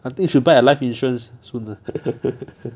I think you should buy a life insurance soon